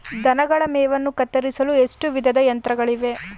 ದನಗಳ ಮೇವನ್ನು ಕತ್ತರಿಸಲು ಎಷ್ಟು ವಿಧದ ಯಂತ್ರಗಳಿವೆ?